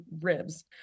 ribs